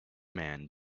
man